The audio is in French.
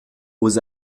aux